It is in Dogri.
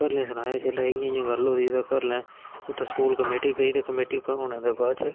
घरै आह्लें सनाया जिसलै इ'यां इ'यां गल्ल होई दी ते घरें आह्लें उत्थें स्कूल कमेटी पेई ते कमेटी पौने दे बाद च